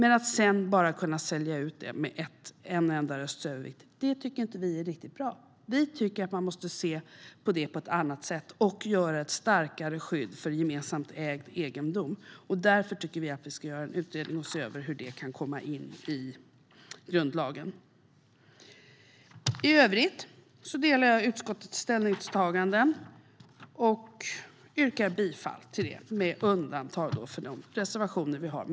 Att det sedan ska kunna säljas ut med en enda rösts övervikt tycker vi inte är riktigt bra. Vi tycker att man måste se på det på ett annat sätt och skapa ett starkare skydd för gemensamt ägd egendom. Därför tycker vi att det bör göras en utredning och ses över hur det kan komma in i grundlagen.I övrigt delar jag utskottets ställningstaganden och yrkar bifall till dem, med undantag för de reservationer vi har.